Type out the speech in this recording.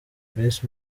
miss